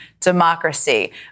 Democracy